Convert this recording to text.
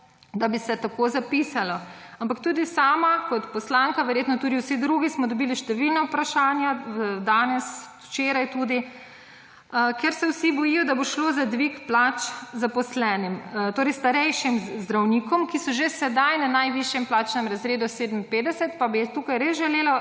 da bi se tako zapisalo. Ampak tudi sama kot poslanka, verjetno tudi vsi drugi smo dobili številna vprašanja danes, včeraj tudi, kjer se vsi bojijo, da bo šlo za dvig plač zaposlenim, torej starejšim zdravnikom, ki so že sedaj na najvišjem plačnem razredu 57. Pa bi tukaj res želela